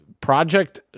project